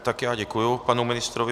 Tak já děkuji panu ministrovi.